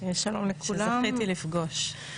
שזכיתי לפגוש.